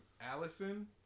Allison